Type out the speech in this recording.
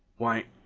why,